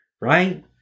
Right